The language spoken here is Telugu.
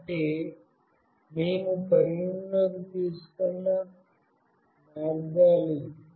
కాబట్టి ఇవి మేము పరిగణన లోకి తీసుకున్న అన్ని మార్గాలు